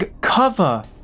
cover